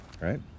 right